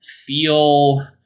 feel